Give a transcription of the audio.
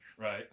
Right